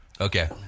Okay